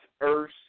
Earth